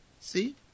See